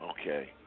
Okay